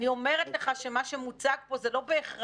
אני אומרת לך שמה שמוצג פה זה לא בהכרח